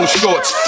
shorts